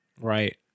Right